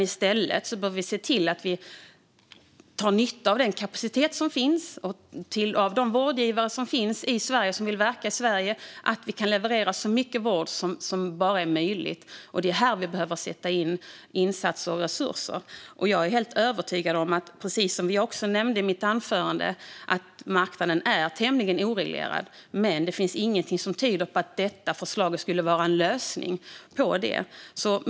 I stället bör vi se till att dra nytta av den kapacitet som finns hos de vårdgivare som finns i och vill verka i Sverige så att vi kan leverera så mycket vård som bara är möjligt. Det är här vi behöver sätta in insatser och resurser. Som jag nämnde i mitt anförande är marknaden tämligen oreglerad. Men det finns ingenting som tyder på att detta förslag skulle vara en lösning på det.